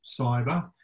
cyber